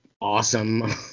awesome